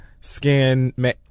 skin